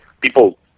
people